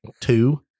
Two